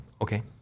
okay